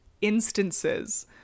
instances